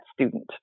student